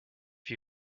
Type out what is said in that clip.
wie